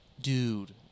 dude